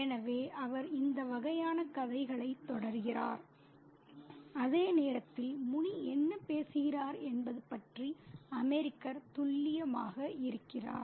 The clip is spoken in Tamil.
எனவே அவர் இந்த வகையான கதைகளைத் தொடர்கிறார் அதே நேரத்தில் முனி என்ன பேசுகிறார் என்பது பற்றி அமெரிக்கர் துல்லியமாக இருக்கிறார்